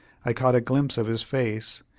i caught a glimpse of his face,